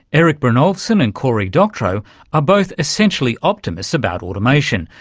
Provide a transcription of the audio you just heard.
erik brynjolfsson and cory doctorow are both essentially optimists about automation.